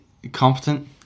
competent